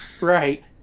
Right